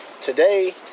today